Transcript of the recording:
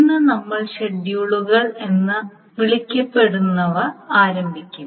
ഇന്ന് നമ്മൾ ഷെഡ്യൂളുകൾ എന്ന് വിളിക്കപ്പെടുന്നവ ആരംഭിക്കും